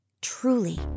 truly